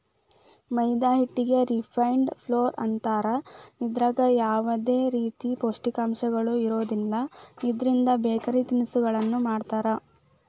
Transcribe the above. ಮೈದಾ ಹಿಟ್ಟಿಗೆ refined flour ಅಂತಾರ, ಇದ್ರಾಗ ಯಾವದೇ ರೇತಿ ಪೋಷಕಾಂಶಗಳು ಇರೋದಿಲ್ಲ, ಇದ್ರಿಂದ ಬೇಕರಿ ತಿನಿಸಗಳನ್ನ ಮಾಡ್ತಾರ